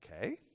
okay